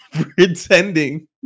pretending